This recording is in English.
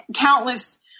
countless